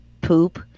poop